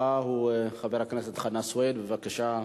הדובר הבא הוא חבר הכנסת חנא סוייד, בבקשה,